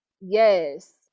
Yes